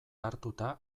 hartuta